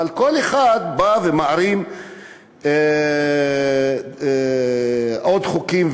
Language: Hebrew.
אבל כל אחד בא ומערים עוד חוקים,